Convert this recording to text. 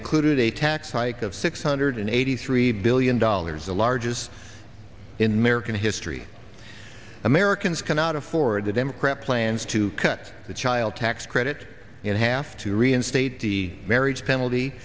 included a tax hike of six hundred eighty three billion dollars a largest in merican history americans cannot afford the democrat plans to cut the child tax credit in half to reinstate the marriage penalty